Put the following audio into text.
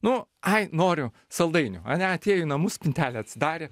nu ai noriu saldainių ane atėjo į namus spintelę atsidarė